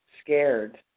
Scared